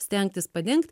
stengtis padengt